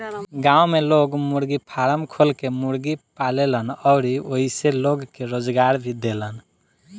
गांव में लोग मुर्गी फारम खोल के मुर्गी पालेलन अउरी ओइसे लोग के रोजगार भी देलन